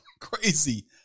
crazy